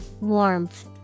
Warmth